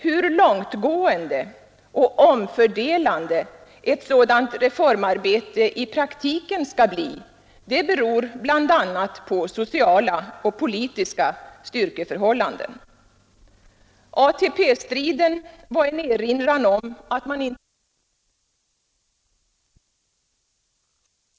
Hur långtgående och omfördelande ett sådant reformarbete i praktiken skall bli beror bl.a. på sociala och politiska styrkeförhållanden. ATP-striden var en erinran om att man inte överallt i det etablerade samhället accepterar en målinriktad reformverksamhet. Situationen på barntillsynsområdet visar behovet av en bättre central planering för att inte konservativa kommunalpolitiker även fortsättningsvis skall tillåtas bromsa utbyggnaden av lekskolor, daghem och fritidshem.